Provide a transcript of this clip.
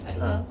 uh